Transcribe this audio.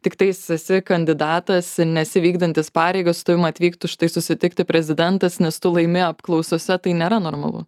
tiktais esi kandidatas nesi vykdantis pareigas su tavim atvyktų štai susitikti prezidentas nes tu laimi apklausose tai nėra normalu